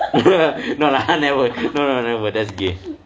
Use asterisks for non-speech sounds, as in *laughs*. *laughs* no lah never no no never that's gay